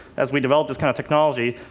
as we develop this kind of technology,